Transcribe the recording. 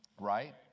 right